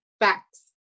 Facts